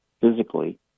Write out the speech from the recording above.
physically